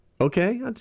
Okay